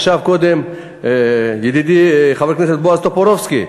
ישב קודם ידידי חבר הכנסת בועז טופורובסקי,